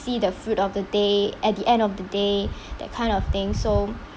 see the fruit of the day at the end of the day that kind of thing so